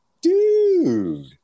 Dude